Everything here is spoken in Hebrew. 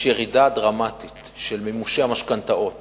ויש ירידה דרמטית של מימושי המשכנתאות